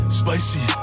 spicy